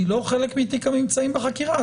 היא לא חלק מתיק הממצאים בחקירה,